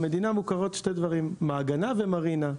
ברמת העקרון מוכרים במדינה שני דברים: מעגנה ומרינה,